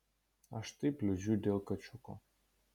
aš taip liūdžiu dėl kačiukų